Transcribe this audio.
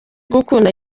gukunda